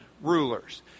rulers